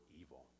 evil